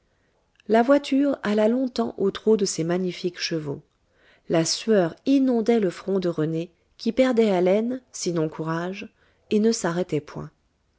la voiture alla longtemps au trot de ses magnifiques chevaux la sueur inondait le front de rené qui perdait haleine sinon courage et ne s'arrêtait point